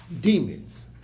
demons